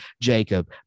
Jacob